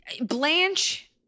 Blanche